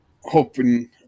hoping